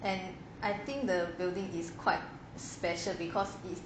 and I think the building is quite special because it's